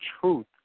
truth